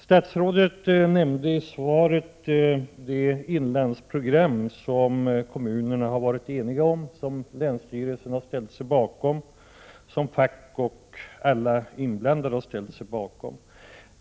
Statsrådet nämnde i svaret det inlandsprogram som kommunerna har varit eniga om, som länsstyrelsen har ställt sig bakom, som fack och alla inblandade har ställt sig bakom.